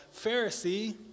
Pharisee